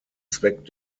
zweck